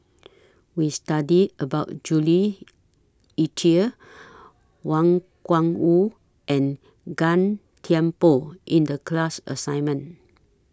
We studied about Jules Itier Wang Gungwu and Gan Thiam Poh in The class assignment